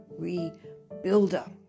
rebuilder